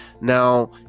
now